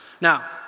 Now